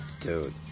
Dude